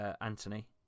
Anthony